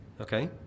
okay